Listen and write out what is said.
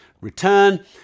return